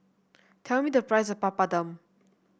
tell me the price of Papadum